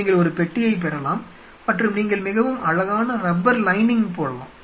நீங்கள் ஒரு பெட்டியைப் பெறலாம் மற்றும் நீங்கள் மிகவும் அழகான ரப்பர் லைனிங் போடலாம்